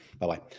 Bye-bye